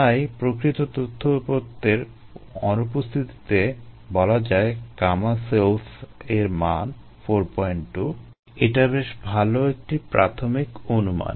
তাই প্রকৃত তথ্য উপাত্তের অনুপস্থিতিতে বলা যায় Γcells এর মান 42 এটা বেশ ভালো একটি প্রাথমিক অনুমান